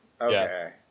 Okay